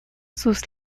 sus